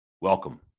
welcome